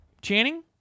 Channing